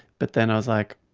but then i was like,